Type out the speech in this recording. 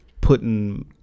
putting